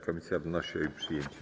Komisja wnosi o jej przyjęcie.